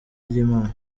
ry’imana